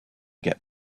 get